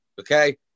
Okay